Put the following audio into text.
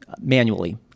manually